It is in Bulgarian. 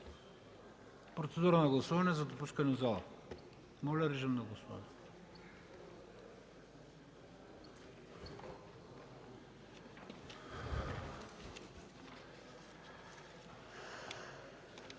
Процедура на гласуване за допускане в залата. Моля, режим на гласуване.